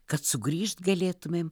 kad sugrįžt galėtumėm